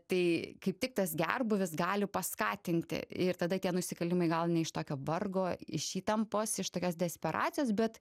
tai kaip tik tas gerbūvis gali paskatinti ir tada tie nusikaltimai gal ne iš tokio vargo iš įtampos iš tokios desperacijos bet